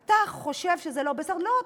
אתה חושב שזה לא בסדר?